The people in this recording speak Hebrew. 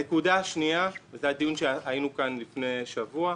הנקודה השנייה היא הדיון שהיינו בו לפני שבוע,